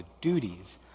duties